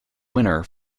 winner